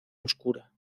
oscura